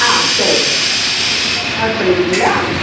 ஆ சரி நோட் பண்ணிக்கிறிங்களா